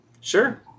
sure